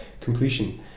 completion